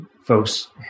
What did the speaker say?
folks